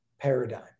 paradigm